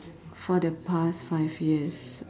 for the past five years